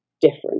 different